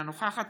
אינה נוכחת